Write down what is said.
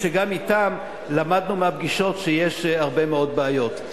שגם לגביהם למדנו מהפגישות שיש הרבה מאוד בעיות.